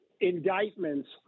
indictments